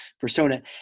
persona